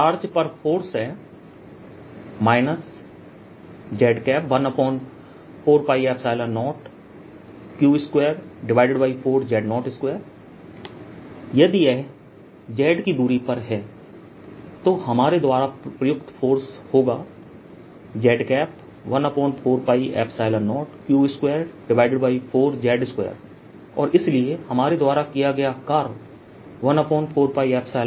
charge पर force है z14π0q24z2 यदि यह Z की दूरी पर है तो हमारे द्वारा प्रयुक्त फोर्सहोगा z14π0q24z2और इसलिए हमारे द्वारा किया गया कार्य 14π0 q2Z014z2dZ होगा